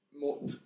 more